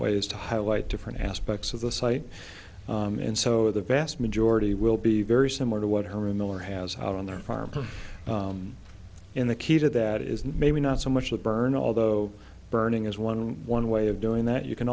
ways to highlight different aspects of the site and so the vast majority will be very similar to what herman miller has out on their farm in the key to that is maybe not so much a burn although burning is one one way of doing that you can